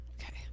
Okay